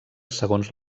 segons